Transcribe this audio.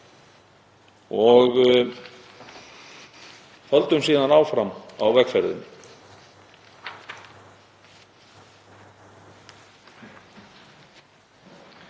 og höldum síðan áfram á vegferðinni.